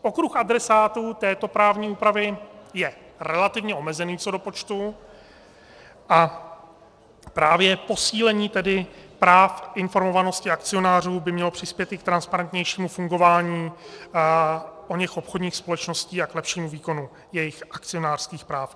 Okruh adresátů této právní úpravy je relativně omezený co do počtu a právě posílení práv informovanosti akcionářů by mělo přispět k transparentnějšímu fungování oněch obchodních společností a k lepšímu výkonu jejich akcionářských práv.